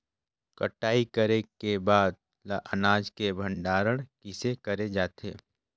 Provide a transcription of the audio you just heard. कटाई करे के बाद ल अनाज के भंडारण किसे करे जाथे?